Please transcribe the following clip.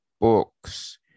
books